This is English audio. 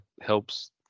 helps